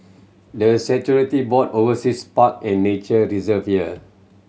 the statutory board oversees park and nature deserve here